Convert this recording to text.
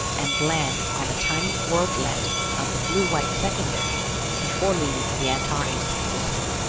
and land on the tiny worldlet of the blue-white secondary before leaving the antares system.